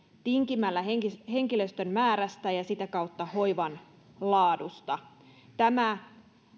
tinkimällä henkilöstön määrästä ja sitä kautta hoivan laadusta tämä